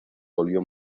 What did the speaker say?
volvió